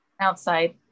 Outside